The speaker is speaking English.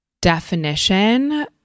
definition